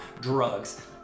drugs